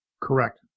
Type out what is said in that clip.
Correct